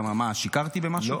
למה מה, שיקרתי במשהו?